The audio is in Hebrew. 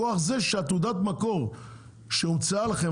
המקביל מכוח זה שתעודת המקור שהומצאה לכם,